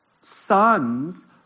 sons